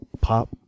Pop